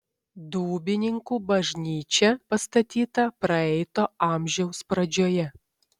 dūbininkų bažnyčia pastatyta praeito amžiaus pradžioje